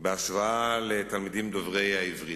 בהשוואה לתלמידים דוברי העברית.